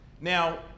Now